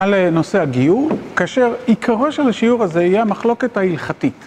על נושא הגיור, כאשר עיקרו של השיעור הזה יהיה המחלוקת ההלכתית.